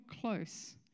close